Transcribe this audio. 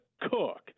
cook